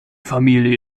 familie